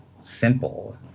simple